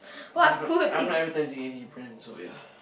I not I'm not advertising any brand so ya